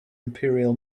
imperial